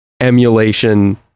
emulation